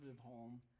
home